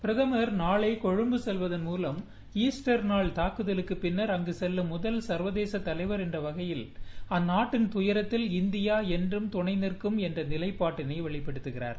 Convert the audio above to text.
பிரதமர் நாளை மாலை கொழும்பு செல்வதன் மூலம் ஈஸ்டர் நாள் தாக்குதலுக்குப் பின்னர் அங்கு செல்லும் சர்வதேச தலைவர் என்றவகையில் அந்நாட்டின் துயரத்தில் இந்தியா என்றும் துணைநிற்கும் என்ற நிலைப்பாட்டை வெளிப்படுத்துகிறார்